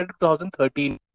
2013